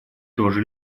тоже